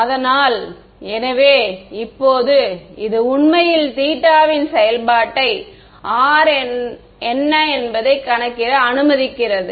அதனால் எனவே இப்போது இது உண்மையில் θ இன் செயல்பாட்டை R என்ன என்பதைக் கணக்கிட அனுமதிக்கிறது